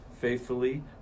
faithfully